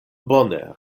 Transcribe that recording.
bone